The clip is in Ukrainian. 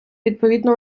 відповідну